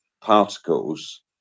particles